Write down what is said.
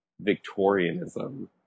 Victorianism